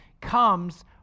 comes